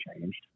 changed